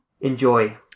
enjoy